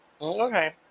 okay